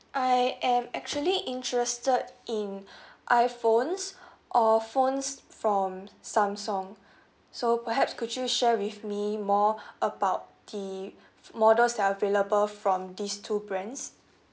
I am actually interested in iphones or phones from Samsung so perhaps could you share with me more about the models that are available from these two brands